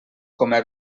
coma